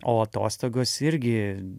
o atostogos irgi